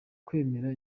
kwemera